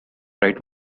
right